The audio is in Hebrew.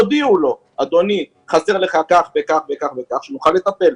תודיעו לו שחסר לו כך וכך כדי שהוא יוכל לטפל.